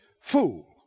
fool